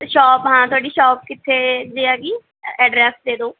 shop ਹਾਂ ਤੁਹਾਡੀ shop ਕਿੱਥੇ ਜੇ ਹੈਗੀ ਐਡਰੈਸ ਦੇ ਦਿਓ